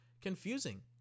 confusing